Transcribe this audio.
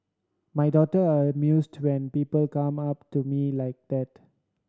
my daughter are amused when people come up to me like that